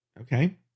Okay